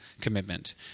commitment